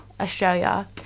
Australia